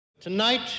Tonight